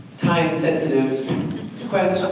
time sensitive question,